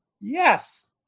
yes